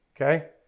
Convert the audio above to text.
Okay